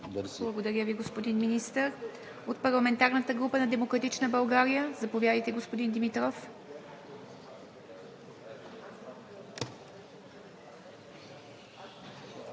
Благодаря Ви, господин Министър. От парламентарната група на „Демократична България“? Заповядайте, господин Димитров.